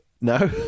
No